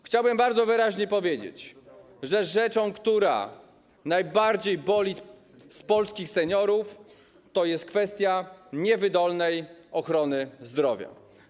Chciałbym bardzo wyraźnie powiedzieć, że rzeczą, która najbardziej boli polskich seniorów, jest kwestia niewydolnej ochrony zdrowia.